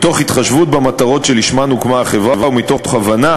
מתוך התחשבות במטרות שלשמן הוקמה החברה ומתוך הבנה